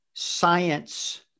Science